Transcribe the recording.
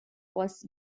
was